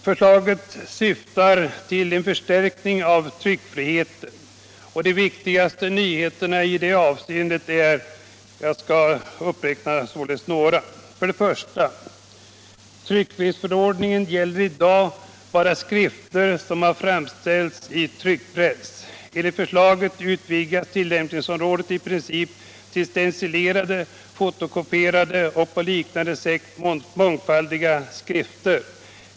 Förslaget syftar till en förstärkning av tryckfriheten. De viktigaste nyheterna är följande. 1. Tryckfrihetsförordningen gäller i dag bara skrifter som har framställts i tryckpress. Enligt förslaget utvidgas tillämpningsområdet i princip till stencilerade, fotokopierade och på liknande sätt mångfaldigade skrifter.